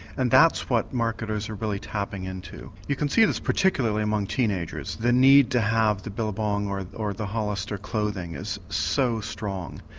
and that's what marketers are really tapping into. you can see this particularly among teenagers the need to have the billabong or the or the hollister clothing is so strong.